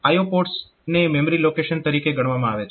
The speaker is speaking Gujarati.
IO પોર્ટ્સને મેમરી લોકેશન તરીકે ગણવામાં આવે છે